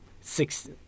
six